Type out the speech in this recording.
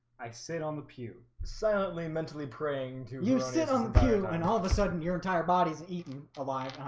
i sit on the pew silently mentally praying do you sit on the pew and all of a sudden your entire body's eaten alive?